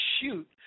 shoot